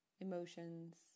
emotions